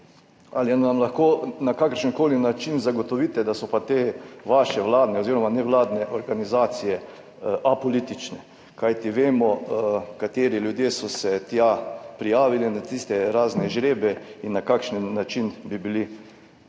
ali nam lahko na kakršenkoli način zagotovite, da so pa te vaše vladne oziroma nevladne organizacije apolitične? Kajti vemo, kateri ljudje so se tja prijavili na tiste razne žrebe in na kakšen način so bili izbrani.